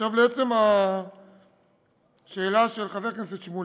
עכשיו לעצם השאלה של חבר הכנסת שמולי: